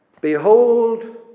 Behold